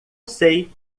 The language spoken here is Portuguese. sei